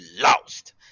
lost